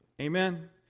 amen